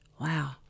Wow